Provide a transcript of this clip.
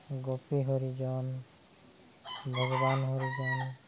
Gopi Harijan Bhagwan Harijan